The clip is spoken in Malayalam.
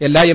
എല്ലാ എം